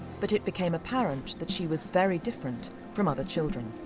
but it became apparent that she was very different from other children.